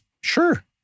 Sure